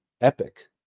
epic